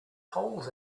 holes